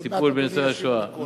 לטיפול בנושא השואה.